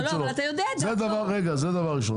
זה דבר ראשון,